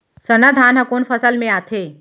सरना धान ह कोन फसल में आथे?